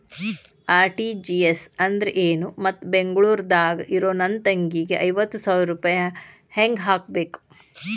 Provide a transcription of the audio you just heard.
RTGS ಅಂದ್ರ ಏನು ಮತ್ತ ಬೆಂಗಳೂರದಾಗ್ ಇರೋ ನನ್ನ ತಂಗಿಗೆ ಐವತ್ತು ಸಾವಿರ ರೂಪಾಯಿ ಹೆಂಗ್ ಹಾಕಬೇಕು?